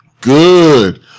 Good